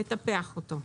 לטפח אותו.